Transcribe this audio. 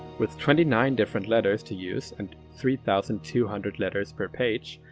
with twenty nine different letters to use and three thousand two hundred letters per page.